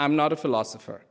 i'm not a philosopher